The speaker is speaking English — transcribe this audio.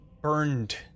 burned